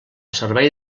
servei